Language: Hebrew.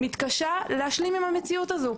מתקשה להשלים עם המציאות הזאת.